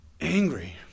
angry